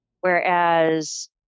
Whereas